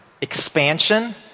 Expansion